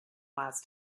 last